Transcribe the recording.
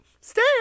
stay